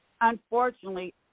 Unfortunately